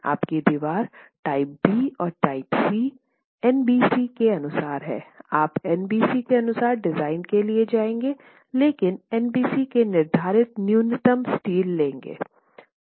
आपकी दीवार type B और टाइप C NBC के अनुसार हैं आप एनबीसी के अनुसार डिज़ाइन के लिए जाएंगे लेकिन एनबीसी में निर्धारित न्यूनतम स्टील लेंगे